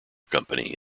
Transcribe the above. company